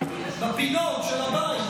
בפינות של הבית.